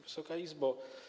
Wysoka Izbo!